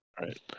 Right